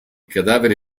cadaveri